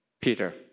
Peter